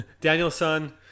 Danielson